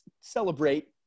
celebrate